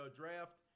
draft